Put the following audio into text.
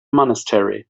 monastery